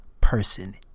person